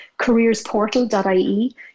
careersportal.ie